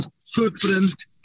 footprint